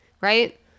right